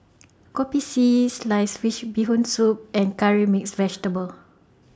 Kopi C Sliced Fish Bee Hoon Soup and Curry Mixed Vegetable